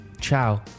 ciao